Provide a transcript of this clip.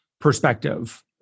perspective